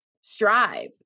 strive